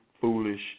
foolish